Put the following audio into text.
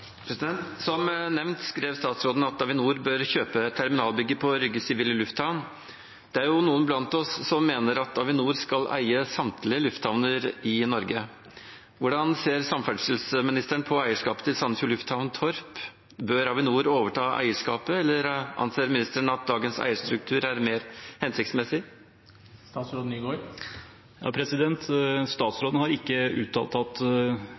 Som nevnt skrev statsråden at Avinor bør kjøpe terminalbygget på Rygge sivile lufthavn. Det er jo noen blant oss som mener at Avinor skal eie samtlige lufthavner i Norge. Hvordan ser samferdselsministeren på eierskapet til Torp Sandefjord lufthavn? Bør Avinor overta eierskapet, eller anser ministeren at dagens eierstruktur er mer hensiktsmessig? Statsråden har ikke uttalt at